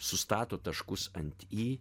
sustato taškus ant i